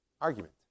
Argument